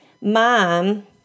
mom